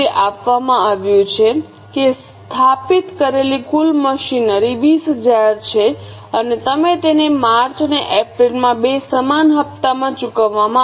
તે આપવામાં આવ્યું છે કે સ્થાપિત કરેલી કુલ મશીનરી 20000 છે અને તેને માર્ચ અને એપ્રિલ માં બે સમાન હપ્તામાં ચૂકવવામાં આવશે